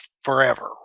forever